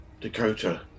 Dakota